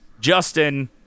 justin